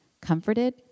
comforted